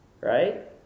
Right